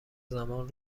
زمان